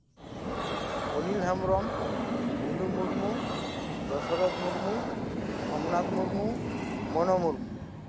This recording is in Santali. ᱚᱱᱤᱞ ᱦᱮᱢᱵᱨᱚᱢ ᱱᱤᱞᱩ ᱢᱩᱨᱢᱩ ᱫᱚᱥᱚᱨᱚᱛᱷ ᱢᱩᱨᱢᱩ ᱥᱳᱢᱱᱟᱛᱷ ᱢᱩᱨᱢᱩ ᱢᱚᱱᱳ ᱢᱩᱨᱢᱩ